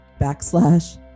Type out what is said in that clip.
backslash